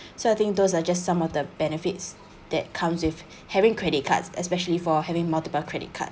so I think those are just some of the benefits that comes if having credit cards especially for having multiple credit card